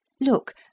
Look